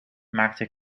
maakte